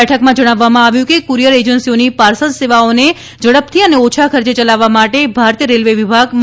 બેઠકમાં જણાવવામાં આવ્યું કે કુરિયર એજન્સીઓની પાર્સલ સેવાઓને ઝડપથી અને ઓછા ખર્ચે ચલાવવા માટે ભારતીય રેલ્વે વિભાગ મદદ કરશે